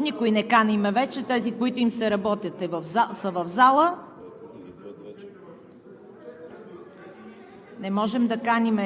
Никой не каним вече. Тези, на които им се работи, са в залата. Не можем да каним,